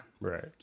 Right